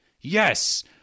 Yes